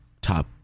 top